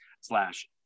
slash